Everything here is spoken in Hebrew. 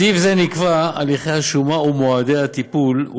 בסעיף זה נקבעו הליכי השומה ומועדי הטיפול,